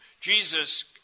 Jesus